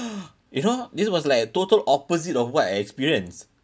you know this was like total opposite of what I experienced